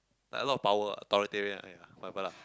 like a lot of power ah authoritarian ah ya whatever lah